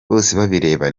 bosebabireba